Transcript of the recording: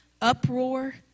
uproar